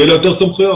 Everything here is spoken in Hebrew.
יהיו לה יותר סמכויות,